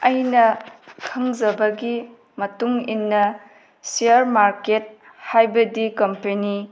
ꯑꯩꯅ ꯈꯪꯖꯕꯒꯤ ꯃꯇꯨꯡ ꯏꯟꯅ ꯁꯤꯌꯥꯔ ꯃꯥꯔꯀꯦꯠ ꯍꯥꯏꯕꯗꯤ ꯀꯝꯄꯦꯅꯤ